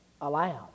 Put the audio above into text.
Allowed